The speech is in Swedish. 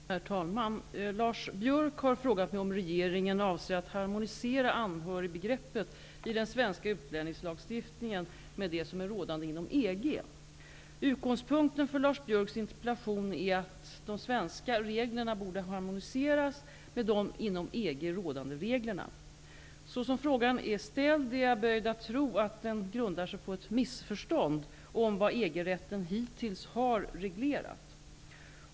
Herr talman! Lars Biörck har frågat mig om regeringen avser att harmonisera anhörigbegreppet i den svenska utlänningslagstiftningen med det som är rådande inom EG. Utgångspunkten för Lars Biörcks interpellation är att de svenska reglerna borde harmoniseras med de inom EG rådande reglerna. Så som frågan är ställd är jag böjd att tro att den grundar sig på ett missförstånd om vad EG-rätten hittills har reglerat.